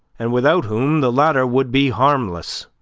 and without whom the latter would be harmless.